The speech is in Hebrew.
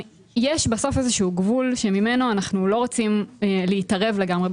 יש בסוף איזה שהוא גבול שממנו אנחנו לא רוצים להתערב לגמרי.